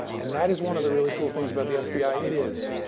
and that is one of the really cool things about the fbi. it is.